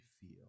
feel